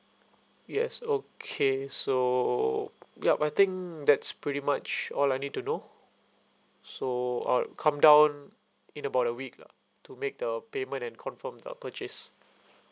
yes okay so yup I think that's pretty much all I need to know so I'll come down in about a week lah to make the payment and confirm the purchase